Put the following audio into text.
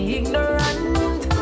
ignorant